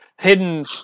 Hidden